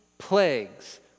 plagues